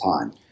time